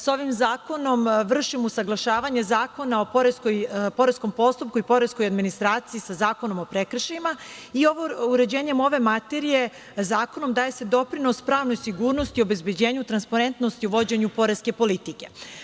Sa ovim zakonom vršimo usaglašavanje Zakona o poreskom postupku i poreskoj administraciji sa Zakonom o prekršajima, i uređenjem ove materije zakonom daje se doprinos pravnoj sigurnosti, obezbeđenju transparentnosti u vođenju poreske politike.